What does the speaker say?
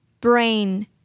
Brain